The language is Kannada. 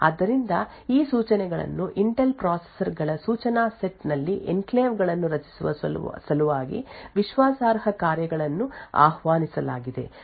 ಆದ್ದರಿಂದ ಈ ಸೂಚನೆಗಳನ್ನು ಇಂಟೆಲ್ ಪ್ರೊಸೆಸರ್ ಗಳ ಸೂಚನಾ ಸೆಟ್ ನಲ್ಲಿ ಎನ್ಕ್ಲೇವ್ ಗಳನ್ನು ರಚಿಸುವ ಸಲುವಾಗಿ ವಿಶ್ವಾಸಾರ್ಹ ಕಾರ್ಯಗಳನ್ನು ಆಹ್ವಾನಿಸಲಾಗಿದೆ ಮತ್ತು ಮುಂತಾದವುಗಳನ್ನು ಸೇರಿಸಲಾಗಿದೆ